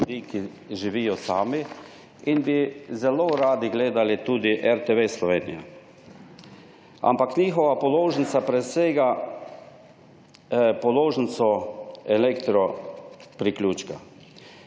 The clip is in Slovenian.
ljudi, ki živijo sami in bi zelo radi gledali tudi RTV Slovenija, ampak njihova položnica presega položnico elektro priključka.